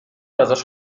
ازش